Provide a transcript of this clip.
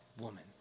woman